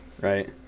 right